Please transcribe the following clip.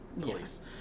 police